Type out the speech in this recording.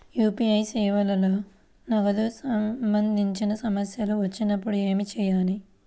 UPI సేవలలో నగదుకు సంబంధించిన సమస్యలు వచ్చినప్పుడు ఏమి చేయాలి?